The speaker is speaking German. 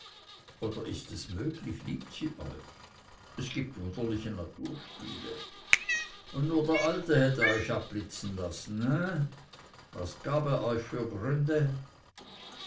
korb oder ist es möglich liebt sie euch es gibt wunderliche naturspiele und nur der alte hätte euch abblitzen lassen he was gab er euch für gründe